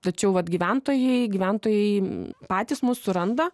tačiau vat gyventojai gyventojai patys mus suranda